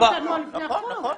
אי אפשר לקבוע נוהל לפני החוק.